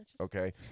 okay